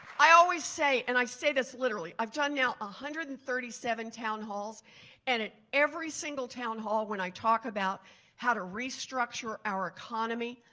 i always say and i say this literally. i've done one yeah ah hundred and thirty seven town halls and at every single town hall when i talk about how to restructure our economy,